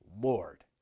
Lord